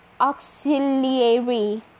auxiliary